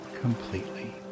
completely